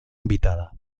invitada